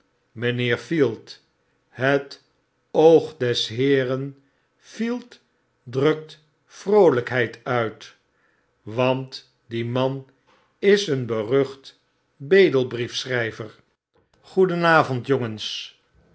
mynheer field het oog des heeren field drukt vroolykheid uit want die man is een berucht bedelbrief schryver goeden